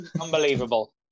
Unbelievable